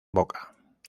boca